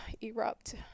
erupt